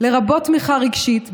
לרבות תמיכה רגשית,